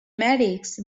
medics